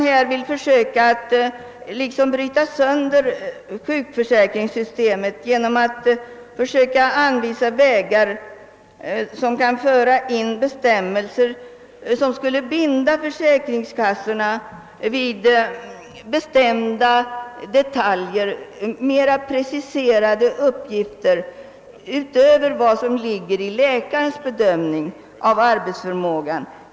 Här vill man liksom bryta sönder försäkringssystemet genom att försöka anvisa vägar som kan föra in bestämmelser, vilka skulle binda försäkringskassorna vid mera preciserade uppgifter utöver vad som ligger i läkarens bedömning av arbetsförmågan.